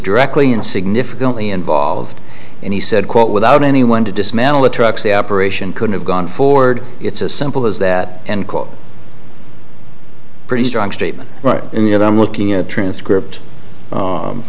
directly and significantly involved and he said quote without anyone to dismantle the trucks the operation could have gone forward it's as simple as that end quote pretty strong statement right in that i'm looking at transcript